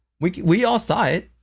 we we all saw it,